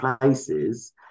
places